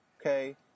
Okay